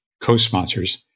co-sponsors